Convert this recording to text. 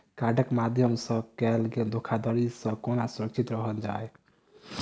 कार्डक माध्यम सँ कैल गेल धोखाधड़ी सँ केना सुरक्षित रहल जाए?